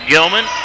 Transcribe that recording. Gilman